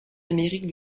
amérique